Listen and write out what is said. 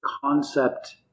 concept